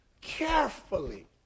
carefully